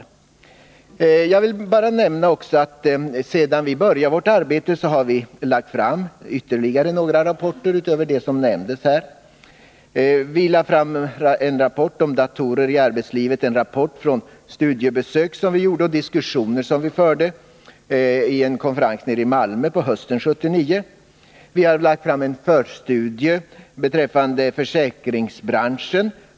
Jag vill också nämna att sedan vi började vårt arbete har vi lagt fram ytterligare några rapporter utöver den som nämndes här. Vi lade fram en rapport om datorer i arbetslivet, som redovisade det studiebesök som vi gjorde och de diskussioner som vi förde vid en. konferens i Malmö under hösten 1979. Vi lade under sommaren fram en förstudie beträffande försäkringsbranschen.